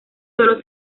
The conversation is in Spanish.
sólo